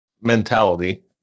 mentality